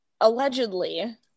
allegedly